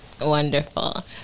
Wonderful